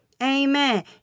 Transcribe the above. Amen